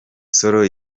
sol